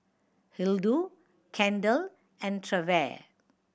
Hildur Kendell and Trever